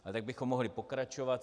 A tak bychom mohli pokračovat.